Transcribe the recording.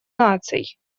наций